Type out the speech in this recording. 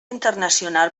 internacional